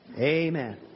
Amen